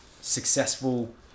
successful